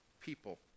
people